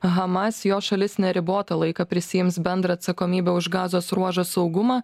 hamas jo šalis neribotą laiką prisiims bendrą atsakomybę už gazos ruožo saugumą